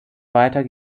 weiter